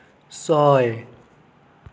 ছয়